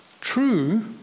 True